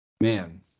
Man